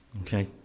Okay